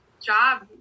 job